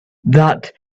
that